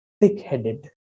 thick-headed